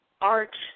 Art